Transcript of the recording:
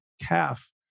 calf